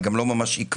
היא גם לא ממש עקבית,